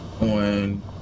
on